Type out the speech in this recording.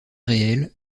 réel